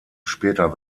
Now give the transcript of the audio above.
später